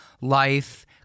life